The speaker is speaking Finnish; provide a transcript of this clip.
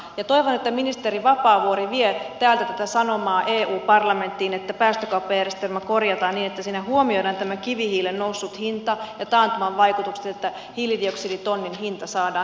toivon että ministeri vapaavuori vie täältä tätä sanomaa eu parlamenttiin että päästökauppajärjestelmä korjataan niin että siinä huomioidaan kivihiilen noussut hinta ja taantuman vaikutukset niin että hiilidioksiditonnin hinta saadaan nostettua